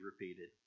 repeated